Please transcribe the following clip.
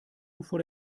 bevor